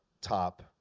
top